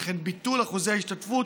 וכן ביטול אחוזי ההשתתפות